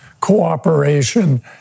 cooperation